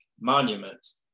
monuments